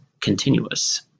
continuous